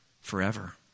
forever